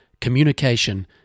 communication